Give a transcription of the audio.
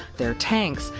their tanks,